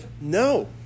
no